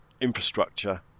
infrastructure